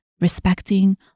respecting